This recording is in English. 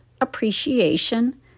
appreciation